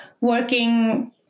working